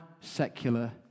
secular